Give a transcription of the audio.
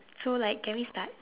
so like can we start